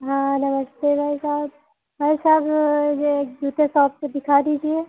हाँ नमस्ते भाई साब भाई साब यह जूते सॉफ्ट दिखा दीजिए